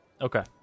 Okay